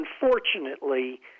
unfortunately